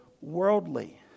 worldly